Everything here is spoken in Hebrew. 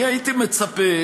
אני הייתי מצפה,